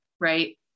right